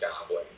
Goblin